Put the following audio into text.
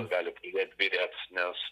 gali pradėt gailėtis nes